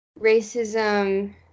Racism